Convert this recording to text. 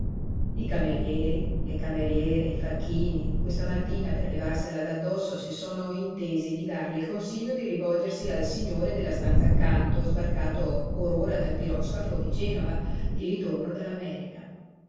i camerieri le cameriere i facchini questa mattina per levarsela d'addosso si sono intesi di darle il consiglio di rivolgersi al signore della stanza accanto sbarcato or ora dal piroscafo di genova di ritorno